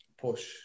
push